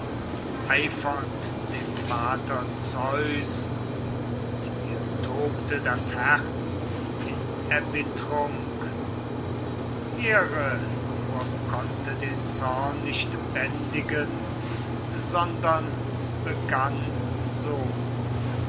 eifernd dem vater zeus und ihr tobte das herz in erbittrung here nur konnte den zorn nicht bändigen sondern begann so